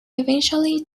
eventually